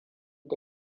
da